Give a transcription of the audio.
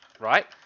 right